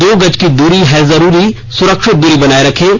दो गज की दूरी है जरूरी सुरक्षित दूरी बनाए रखें